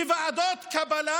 שוועדות קבלה